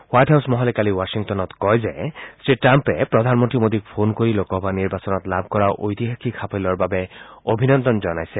white house মহলে কালি ৱাধিংটনত কয় যে শ্ৰী টাম্পে প্ৰধানমন্ত্ৰী মোদীক ফোন কৰি লোকসভা নিৰ্বাচনত লাভ কৰা ঐতিহাসিক সাফল্যৰ বাবে অভিনন্দন জনাইছে